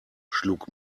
schlug